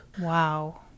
Wow